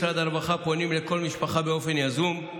מרכזי הסיוע שהקים משרד הרווחה פונים לכל משפחה באופן יזום,